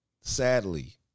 sadly